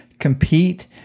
Compete